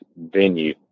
venue